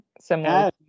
similar